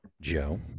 Joe